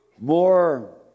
More